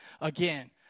again